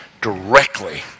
directly